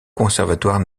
conservatoire